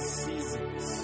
seasons